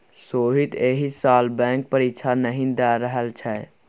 सोहीत एहि साल बैंक परीक्षा नहि द रहल छै